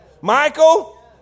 Michael